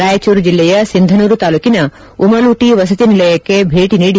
ರಾಯಚೂರು ಜಿಲ್ಲೆಯ ಸಿಂಧನೂರು ತಾಲೂಕಿನ ಉಮಲೂಟಿ ವಸತಿ ನಿಲಯಕ್ಕೆ ಭೇಟಿ ನೀಡಿ